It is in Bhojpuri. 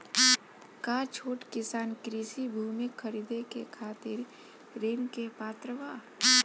का छोट किसान कृषि भूमि खरीदे के खातिर ऋण के पात्र बा?